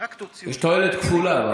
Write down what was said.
יש תועלת כפולה.